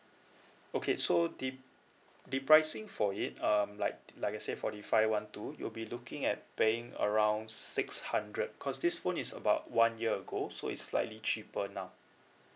okay so the the pricing for it um like like I say for the five one two you'll you be looking at paying around six hundred cause this phone is about one year ago so it's slightly cheaper now